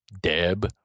Deb